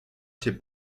się